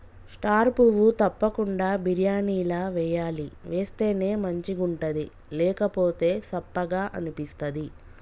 star పువ్వు తప్పకుండ బిర్యానీల వేయాలి వేస్తేనే మంచిగుంటది లేకపోతె సప్పగ అనిపిస్తది